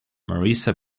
marisa